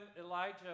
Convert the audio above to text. Elijah